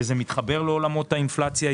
וזה מתחבר לעלומות האינפלציה.